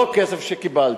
לא כסף שקיבלתי.